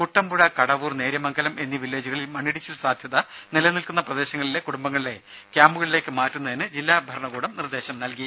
കുട്ടമ്പുഴ കടവൂർ നേര്യമംഗലം എന്നീ വില്ലേജുകളിൽ മണ്ണിടിച്ചിൽ സാധ്യത നിലനിൽക്കുന്ന പ്രദേശങ്ങളിലെ കുടുംബങ്ങളെ ക്യാംപുകളിലേക്ക് മാറ്റുന്നതിന് ജില്ലാ ഭരണകൂടം നിർദേശം നൽകി